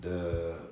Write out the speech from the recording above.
the